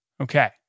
Okay